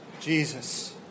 Jesus